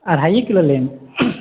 अढ़ाइए kilo लेब